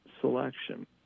selection